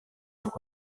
pour